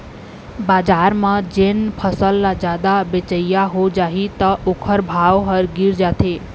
बजार म जेन फसल ल जादा बेचइया हो जाही त ओखर भाव ह गिर जाथे